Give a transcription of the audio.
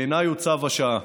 בעיניי הוא צו השעה,